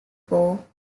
bowl